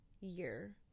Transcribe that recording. year